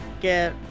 get